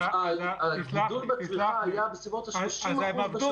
פה הגידול בצריכה היה בסביבות ה-30% בשבוע הראשון --- סלח